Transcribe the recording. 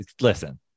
listen